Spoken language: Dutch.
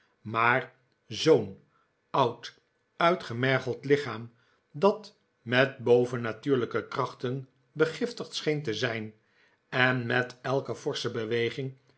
maar zoo'n oud uitgemergeld lichaam dat met bovennatuurlijke krachten begiftigd scheen te zijn en met elke forsche beweging